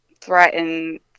threaten